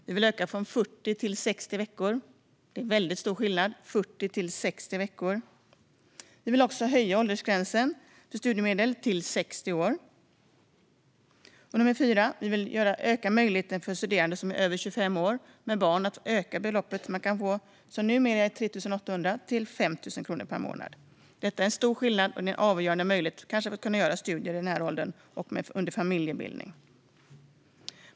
Vi vill öka från 40 till 60 veckor. Det är väldigt stor skillnad. Vi vill höja åldersgränsen för studiemedel till 60 år. Vi vill öka beloppet som studerande över 25 år med barn kan få från 3 800 till 5 000 kronor per månad. Detta är en stor skillnad som kanske innebär en avgörande möjlighet att studera i den här åldern under familjebildning.